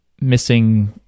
missing